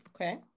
okay